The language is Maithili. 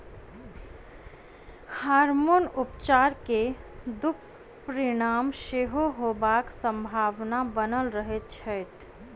हार्मोन उपचार के दुष्परिणाम सेहो होयबाक संभावना बनल रहैत छै